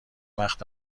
وقت